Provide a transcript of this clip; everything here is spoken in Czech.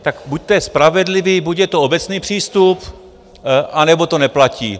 Tak buďte spravedliví, buď je to obecný přístup, anebo to neplatí.